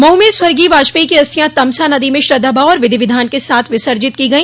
मऊ में स्वर्गीय वाजपेई की अस्थियां तमसा नदी में श्रद्वाभाव और विधि विधान के साथ विसर्जित की गई